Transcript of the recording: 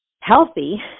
healthy